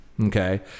okay